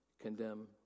condemn